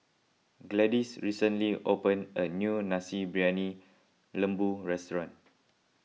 Gladis recently opened a new Nasi Briyani Lembu restaurant